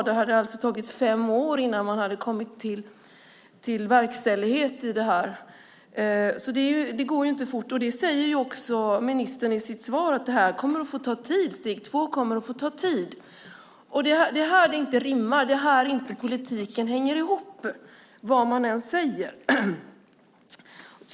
Där tog det fem år innan man kom till verkställighet i detta. Det går alltså inte fort. Ministern säger också i sitt svar att steg två kommer att få ta tid. Det rimmar inte, och politiken hänger inte ihop vad man än säger.